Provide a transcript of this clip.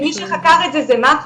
כי מי שחקר את זה זה מח"ש.